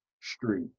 street